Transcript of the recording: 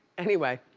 anyway,